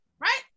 right